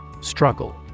Struggle